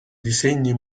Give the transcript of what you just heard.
disegni